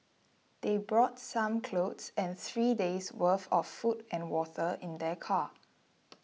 they brought some clothes and three days worth of food and water in their car